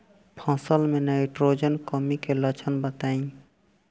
फसल में नाइट्रोजन कमी के लक्षण बताइ?